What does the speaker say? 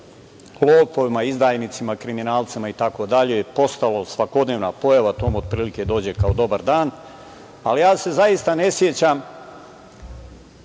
lopovima, izdajnicima, kriminalcima itd. je postalo svakodnevna pojava. To otprilike dođe kao „dobar dan“, ali ja se zaista ne sećam